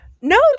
no